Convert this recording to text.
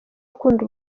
akunda